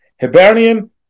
Hibernian